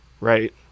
right